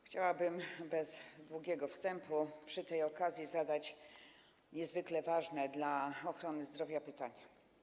Chciałabym bez długiego wstępu przy tej okazji zadać niezwykle ważne dla ochrony zdrowia pytania.